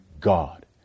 God